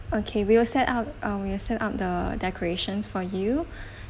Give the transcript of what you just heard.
okay we'll set out uh we'll set up the decorations for you